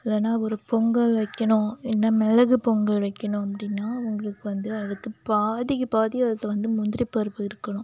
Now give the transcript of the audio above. இல்லைனா ஒரு பொங்கல் வக்கணும் இந்த மிளகு பொங்கல் வக்கணும் அப்படின்னா அவங்களுக்கு வந்து அதுக்கு பாதிக்கு பாதி அது வந்து முந்திரி பருப்பு இருக்கனும்